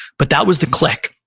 but that was the click.